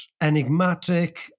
enigmatic